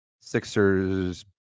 Sixers